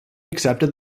accepted